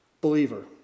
believer